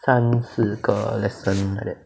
三四个 lesson like that